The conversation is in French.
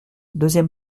deuxième